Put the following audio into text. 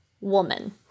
woman